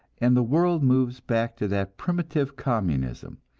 and the world moves back to that primitive communism,